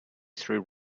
through